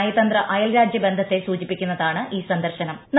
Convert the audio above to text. നയതന്ത്ര അയൽരാജ്യ ബന്ധത്തെ സൂചിപ്പിക്കുന്നതാണ് ഇത്